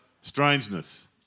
strangeness